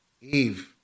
Eve